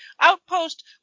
outpost